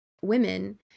women